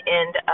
end